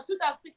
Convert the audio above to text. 2016